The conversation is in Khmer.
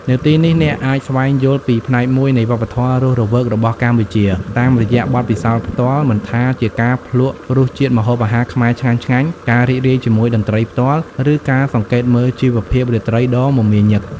នៅទីនេះ អ្នកអាចស្វែងយល់ពី ផ្នែកមួយនៃវប្បធម៌រស់រវើករបស់កម្ពុជា តាមរយៈបទពិសោធន៍ផ្ទាល់ មិនថាជាការភ្លក្សរសជាតិម្ហូបអាហារខ្មែរឆ្ងាញ់ៗ ការរីករាយជាមួយតន្ត្រីផ្ទាល់ ឬការសង្កេតមើលជីវភាពរាត្រីដ៏មមាញឹក។